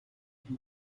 von